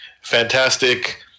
fantastic